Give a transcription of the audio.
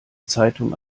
zeitung